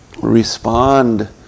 respond